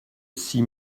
six